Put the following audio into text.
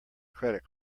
credit